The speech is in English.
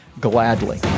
gladly